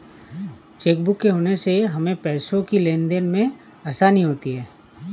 chequebook के होने से हमें पैसों की लेनदेन में आसानी होती हैँ